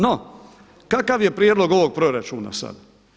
No, kakav je prijedlog ovog proračuna sada?